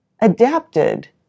adapted